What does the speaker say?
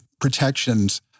protections